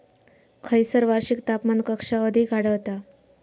खैयसर वार्षिक तापमान कक्षा अधिक आढळता?